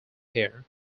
here